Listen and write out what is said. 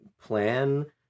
plan